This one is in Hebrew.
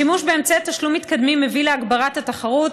השימוש באמצעי תשלום מתקדמים מביא להגברת התחרות,